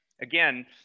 Again